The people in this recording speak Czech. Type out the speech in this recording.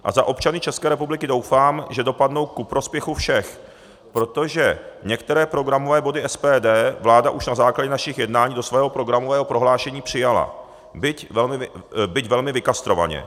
A za občany České republiky doufám, že dopadnou ku prospěchu všech, protože některé programové body SPD vláda už na základě našich jednání do svého programového prohlášení přijala, byť velmi vykastrovaně.